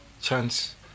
chance